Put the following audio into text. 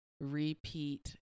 repeat